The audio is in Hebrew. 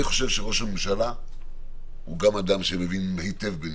אני חושב שראש הממשלה הוא גם אדם שמבין היטב בניהול,